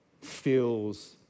feels